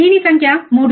దీని సంఖ్య 3